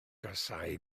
casáu